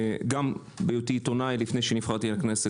גם בהיותי עיתונאי לפני שנבחרתי לכנסת,